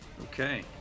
Okay